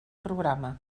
programa